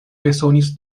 bezonis